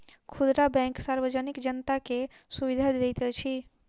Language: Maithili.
खुदरा बैंक सार्वजनिक जनता के सुविधा दैत अछि